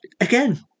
again